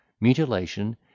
mutilation